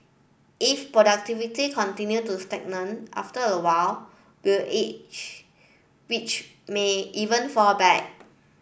if productivity continue to stagnate after a while will age which may even fall back